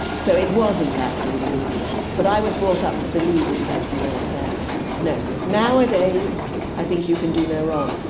so it wasn't actually the media, but i was brought up to believe that you had to be very careful. no. nowadays i think you can do no wrong.